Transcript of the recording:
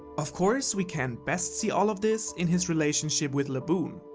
of course, we can best see all of this in his relationship with laboon.